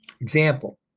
example